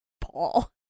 paul